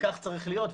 וכך צריך להיות,